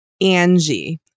Angie